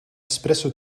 espresso